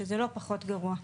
שזה לא פחות נורא.